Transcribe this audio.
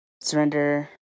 surrender